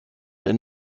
and